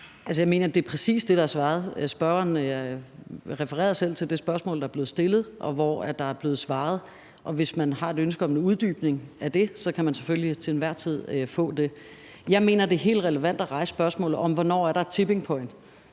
jeg mener, at det præcis er det, der er svaret. Spørgeren refererede selv til det spørgsmål, der er blevet stillet, og der er blevet svaret. Og hvis man har et ønske om en uddybning af det, kan man selvfølgelig til enhver tid få det. Jeg mener, det er helt relevant at rejse spørgsmålet om, hvornår der er et tipping point,